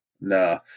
no